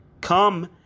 Come